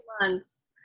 months